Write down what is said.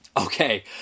Okay